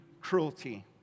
cruelty